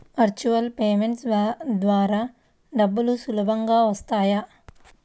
Virtual payment ద్వారా డబ్బులు సులభంగా వస్తాయా?